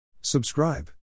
Subscribe